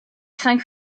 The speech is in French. cinq